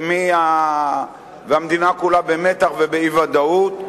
והמדינה כולה במתח ובאי-ודאות.